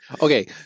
okay